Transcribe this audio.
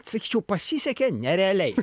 sakyčiau pasisekė nerealiai